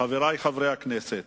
חברי חברי הכנסת,